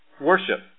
worship